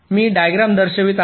मी diagram दर्शवित आहे